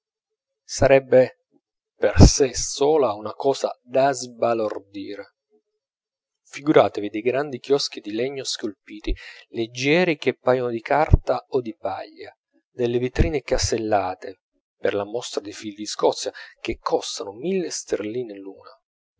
sarebbe per sè sola una cosa da sbalordire figuratevi dei grandi chioschi di legno scolpiti leggieri che paiono di carta o di paglia delle vetrine cesellate per la mostra dei fili di scozia che costano mille sterline l'una